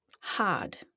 hard